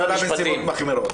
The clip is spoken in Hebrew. גרם חבלה בנסיבות מחמירות.